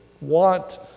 want